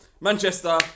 Manchester